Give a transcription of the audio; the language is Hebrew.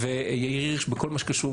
ויאיר הירש בכל מה שקשור